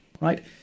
Right